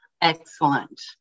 Excellent